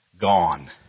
gone